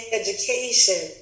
education